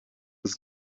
was